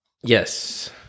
yes